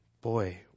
Boy